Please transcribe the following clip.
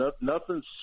Nothing's